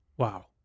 Wow